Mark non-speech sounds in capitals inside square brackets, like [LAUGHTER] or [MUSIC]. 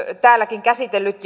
täälläkin käsitellyt [UNINTELLIGIBLE]